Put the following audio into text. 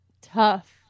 tough